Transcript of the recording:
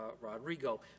Rodrigo